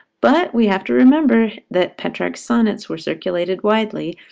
but we have to remember that petrarch's sonnets were circulated widely,